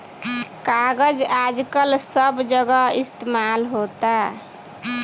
कागज आजकल सब जगह इस्तमाल होता